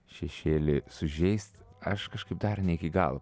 šešėlį sužeist aš kažkaip dar ne iki galo